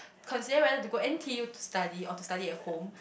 considering whether to go N_T_U to study or to study at home